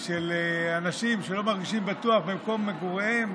של אנשים שלא מרגישים בטוח במקום מגוריהם,